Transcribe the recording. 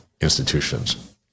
institutions